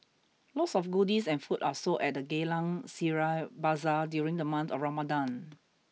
lots of goodies and food are sold at the Geylang Serai Bazaar during the month of Ramadan